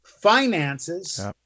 finances